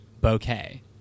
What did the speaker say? bouquet